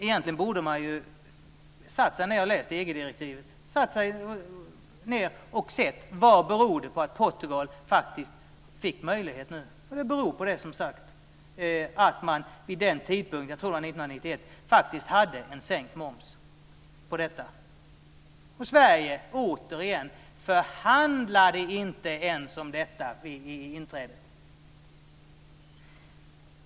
Egentligen borde man ha satt sig ned och läst EG-direktivet och tittat efter vad det beror på att Portugal faktiskt fick möjligheten i fråga. Det beror, som sagt, på att man vid den tidpunkten - jag tror att det var år 1991 - faktiskt hade sänkt moms i sammanhanget. Sverige - jag säger det återigen - förhandlade inte ens om detta vid inträdet.